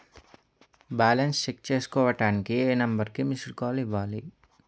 Balance check చేసుకోవటానికి ఏ number కి మిస్డ్ కాల్ ఇవ్వాలి?